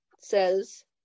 says